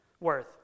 worth